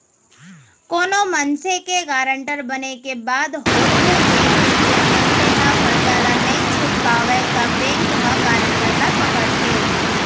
कोनो मनसे के गारंटर बने के बाद होथे ये के जेन मनसे ह करजा ल नइ छूट पावय त बेंक ह गारंटर ल पकड़थे